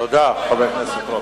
תודה, חבר הכנסת רותם.